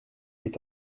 est